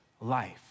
life